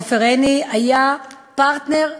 עופר עיני היה פרטנר שלם,